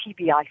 TBI